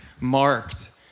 marked